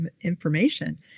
information